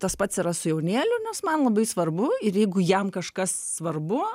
tas pats yra su jaunėliu nes man labai svarbu ir jeigu jam kažkas svarbu